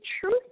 truth